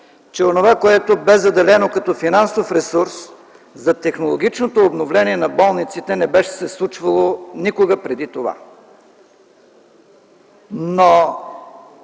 да отречете, че заделеното като финансов ресурс за технологичното обновление на болниците не беше се случвало никога преди това.